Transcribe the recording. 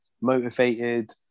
motivated